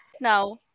Now